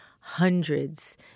hundreds